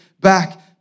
back